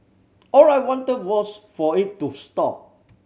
all I wanted was for it to stop